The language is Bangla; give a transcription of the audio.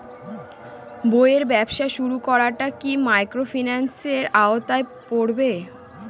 বইয়ের ব্যবসা শুরু করাটা কি মাইক্রোফিন্যান্সের আওতায় পড়বে?